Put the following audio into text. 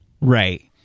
Right